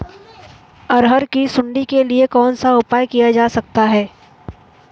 अरहर की सुंडी के लिए कौन सा उपाय किया जा सकता है?